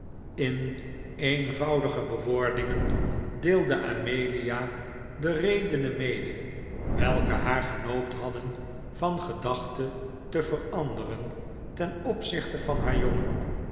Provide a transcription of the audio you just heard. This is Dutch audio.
in eenvoudige bewoordingen deelde amelia de redenen mede welke haar genoopt hadden van gedachte te veranderen ten opzichte van haar jongen